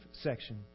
section